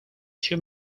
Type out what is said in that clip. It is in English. two